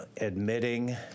admitting